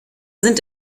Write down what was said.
sind